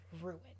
ruin